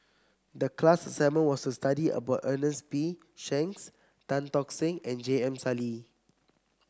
the class assignment was to study about Ernest P Shanks Tan Tock Seng and J M Sali